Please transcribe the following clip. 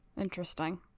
interesting